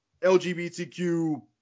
lgbtq